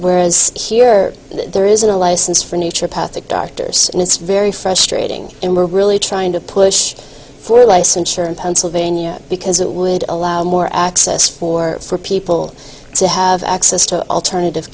whereas here there isn't a license for nature path to doctors and it's very frustrating and we're really trying to push for licensure in pennsylvania because it would allow more access for for people to have access to alternative